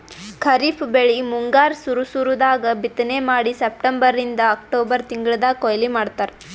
ಖರೀಫ್ ಬೆಳಿ ಮುಂಗಾರ್ ಸುರು ಸುರು ದಾಗ್ ಬಿತ್ತನೆ ಮಾಡಿ ಸೆಪ್ಟೆಂಬರಿಂದ್ ಅಕ್ಟೋಬರ್ ತಿಂಗಳ್ದಾಗ್ ಕೊಯ್ಲಿ ಮಾಡ್ತಾರ್